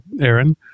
Aaron